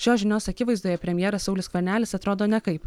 šios žinios akivaizdoje premjeras saulius skvernelis atrodo nekaip